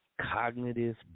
Cognitive